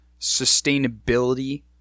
sustainability